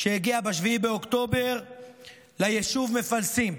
שהגיע ב-7 באוקטובר ליישוב מפלסים,